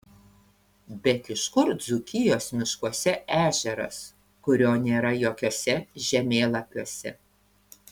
bet iš kur dzūkijos miškuose ežeras kurio nėra jokiuose žemėlapiuose